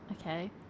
Okay